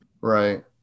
Right